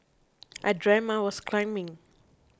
I dreamt I was climbing